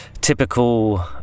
typical